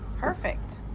perfect.